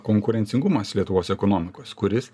konkurencingumas lietuvos ekonomikos kuris